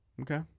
Okay